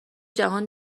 جهان